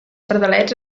pardalets